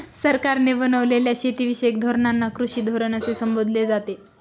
सरकारने बनवलेल्या शेतीविषयक धोरणांना कृषी धोरण असे संबोधले जाते